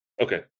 Okay